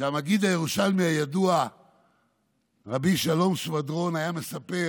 שהמגיד הירושלמי הידוע ר' שלום שבדרון היה מספר